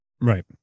Right